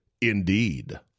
Indeed